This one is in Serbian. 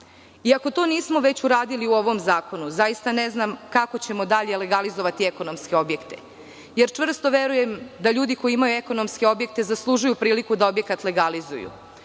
Ako to nismo već uradili u ovom zakonu, zaista ne znam kako ćemo dalje legalizovati ekonomske objekte. Čvrsto verujem da ljudi koji imaju ekonomske objekte zaslužuju priliku da objekat legalizuju,